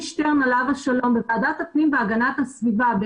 שטרן עליו השלום בוועדת הפנים והגנת הסביבה,